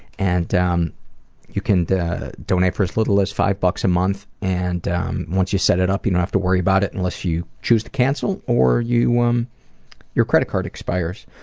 and um you can donate for as little as five bucks a month, and um once you set it up you don't have to worry about it unless you choose to cancel or um your credit card expires.